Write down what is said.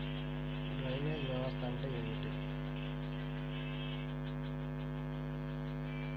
Drainage వ్యవస్థ అంటే ఏమిటి?